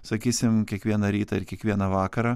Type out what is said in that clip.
sakysim kiekvieną rytą ir kiekvieną vakarą